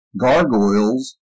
gargoyles